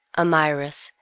amyras,